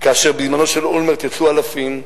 כאשר בזמנו של אולמרט יצאו אלפים,